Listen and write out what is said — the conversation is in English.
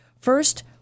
First